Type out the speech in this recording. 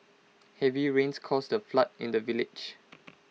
heavy rains caused A flood in the village